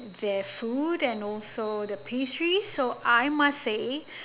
their food and also the pastries so I must say